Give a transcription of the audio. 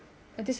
find like